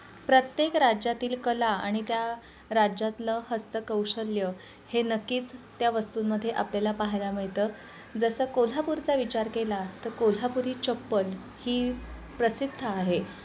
प्रत्येक राज्यातील कला आणि त्या राज्यातलं हस्तकौशल्य हे नक्कीच त्या वस्तूंमध्ये आपल्याला पाहायला मिळतं जसं कोल्हापूरचा विचार केला तर कोल्हापुरी चप्पल ही प्रसिद्ध आहे